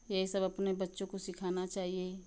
यही सब अपने बच्चों को सिखाना चाहिए